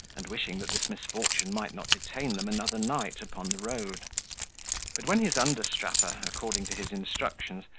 and wishing that this misfortune might not detain them another night upon the road but when his understrapper, according to his instructions,